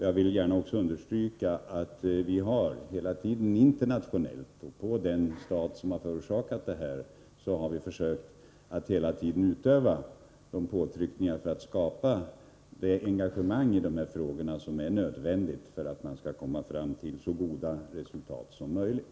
Jag vill understryka att vi hela tiden har försökt utöva påtryckningar internationellt och mot den stat som har förorsakat problemen, för att skapa det engagemang i dessa frågor som är nödvändigt för att man skall komma fram till så goda resultat som möjligt.